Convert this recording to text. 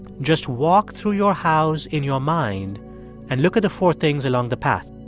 just walk through your house in your mind and look at the four things along the path.